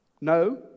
No